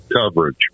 coverage